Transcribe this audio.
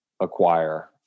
Acquire